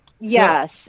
Yes